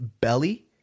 belly